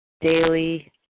daily